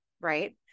right